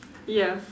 ya